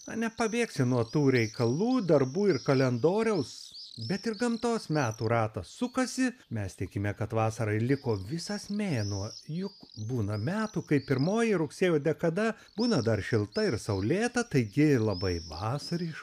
na nepabėgsi nuo tų reikalų darbų ir kalendoriaus bet ir gamtos metų ratas sukasi mes tikime kad vasarai liko visas mėnuo juk būna metų kai pirmoji rugsėjo dekada būna dar šilta ir saulėta taigi labai vasariš